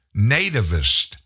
nativist